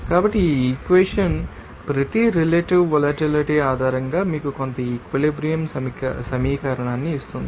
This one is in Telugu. కాబట్టి ఈ ఈక్వెషన్ ప్రతి రెలెటివ్ వొలటిలిటీ ఆధారంగా మీకు కొంత ఈక్వలెబ్రియం సమీకరణాన్ని ఇస్తుంది